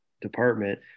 department